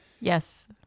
Yes